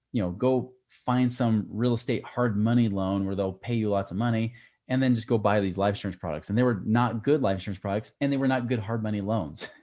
you know, go find some real estate, hard money loan where they'll pay you lots of money and then just go buy these life insurance products. and they were not good life insurance products. and they were not good, hard money loans.